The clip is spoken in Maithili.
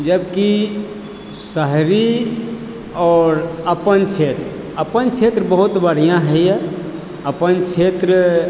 जबकि शहरी आओर अपन क्षेत्र अपन क्षेत्र बहुत बढ़िआँ होइ यऽ अपन क्षेत्र